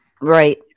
right